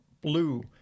blue